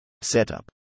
Setup